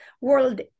world